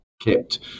Kept